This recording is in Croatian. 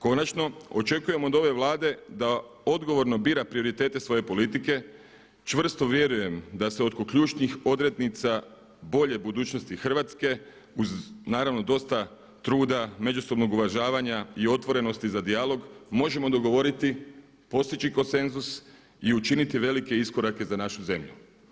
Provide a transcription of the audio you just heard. Konačno, očekujem od ove Vlade da odgovorno bira prioritete svoje politike, čvrsto vjerujem da se oko ključnih odrednica bolje budućnosti Hrvatske uz naravno dosta truda, međusobnog uvažavanja i otvorenosti za dijalog možemo dogovoriti, postići konsenzus i učiniti velike iskorake za našu zemlju.